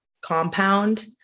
compound